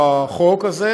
(תיקון מס' 65),